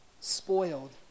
spoiled